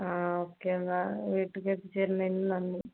ആ ഓക്കെ എന്നാൽ വീട്ടിലേക്ക് എത്തിച്ചുതരുന്നതിൽ നന്ദി